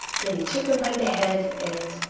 then he took him by the head and.